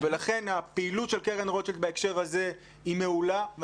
לכן הפעילות של קרן רוטשילד בהקשר הזה היא מעולה.